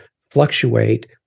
fluctuate